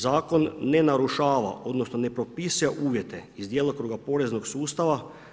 Zakon ne narušava, odnosno ne propisuje uvjete iz djelokruga poreznog sustava.